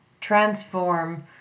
transform